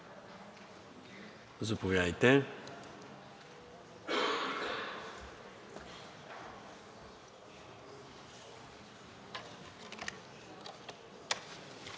Заповядайте.